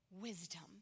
wisdom